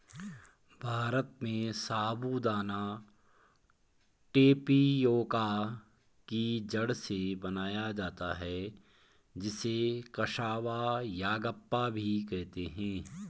भारत में साबूदाना टेपियोका की जड़ से बनाया जाता है जिसे कसावा यागप्पा भी कहते हैं